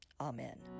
Amen